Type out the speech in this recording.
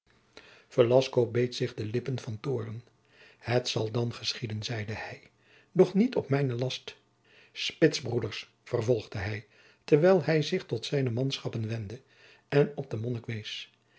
beet zich de lippen van toorn het zal dan geschieden zeide hij doch niet op mijne last spitsbroeders vervolgde hij terwijl hij zich tot zijne manschappen wendde en op den monnik wees